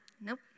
Nope